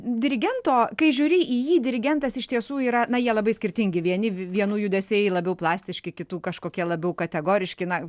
dirigento kai žiūri į jį dirigentas iš tiesų yra na jie labai skirtingi vieni vienų judesiai labiau plastiški kitų kažkokie labiau kategoriški na